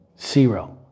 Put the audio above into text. Zero